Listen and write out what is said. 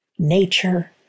nature